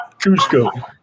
Cusco